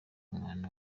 umwana